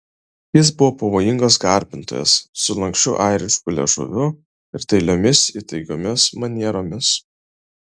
jis buvo pavojingas garbintojas su lanksčiu airišku liežuviu ir dailiomis įtaigiomis manieromis